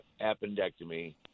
appendectomy